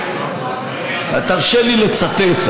תרשה לי לצטט,